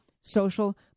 social